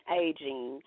aging